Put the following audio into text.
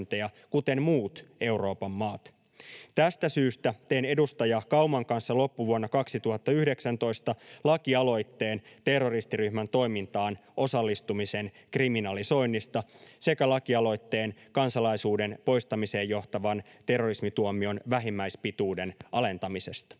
kuten muut Euroopan maat. Tästä syystä tein edustaja Kauman kanssa loppuvuonna 2019 lakialoitteen terroristiryhmän toimintaan osallistumisen kriminalisoinnista sekä lakialoitteen kansalaisuuden poistamiseen johtavan terrorismituomion vähimmäispituuden alentamisesta.